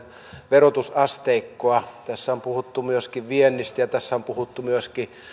verotusasteikkoa tässä on puhuttu myöskin viennistä ja tässä on puhuttu myöskin